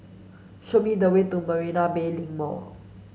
show me the way to Marina Bay Link Mall